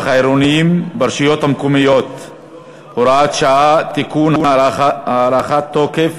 העירוניים ברשויות המקומיות (הוראת שעה) (תיקון) (הארכת תוקף),